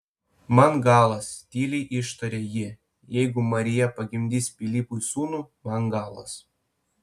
man galas tyliai ištarė ji jeigu marija pagimdys pilypui sūnų man galas